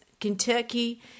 Kentucky